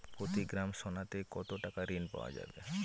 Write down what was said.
প্রতি গ্রাম সোনাতে কত টাকা ঋণ পাওয়া যাবে?